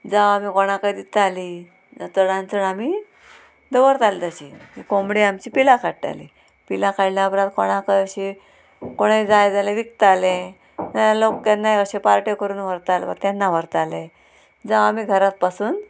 जावं आमी कोणाकय दितालीं चडान चड आमी दवरतालीं तशीं तीं कोंबडी आमची पिलां काडटालीं पिलां काडल्या उपरांत कोणाकय अशी कोणय जाय जाल्यार विकतालीं लोक केन्नाय अशे पार्ट्यो करून व्हरताले वा तेन्ना व्हरताले जावं आमी घरांत पासून